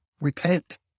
repent